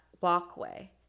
walkway